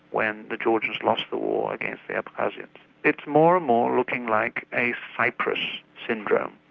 when the georgians lost the war against the abkhazians it's more and more looking like a cyprus syndrome,